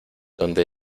donde